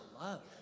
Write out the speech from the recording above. love